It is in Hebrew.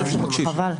אני מקשיב.